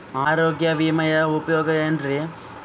ಆರೋಗ್ಯ ವಿಮೆಯ ಉಪಯೋಗ ಏನ್ರೀ?